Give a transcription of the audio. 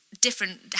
different